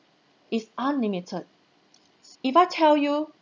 it's unlimited if I tell you